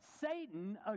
Satan